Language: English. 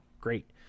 great